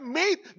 made